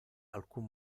alcun